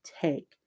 take